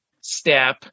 step